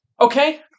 okay